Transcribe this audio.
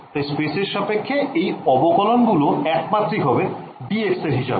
তাই স্পেসের সাপেক্ষে এই অবকলন গুলো একমাত্রিক হবে dx এর হিসেবে